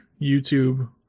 YouTube